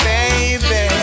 Baby